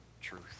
truth